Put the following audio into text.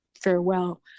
farewell